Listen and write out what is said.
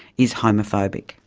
is homophobic?